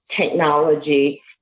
technology